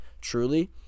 truly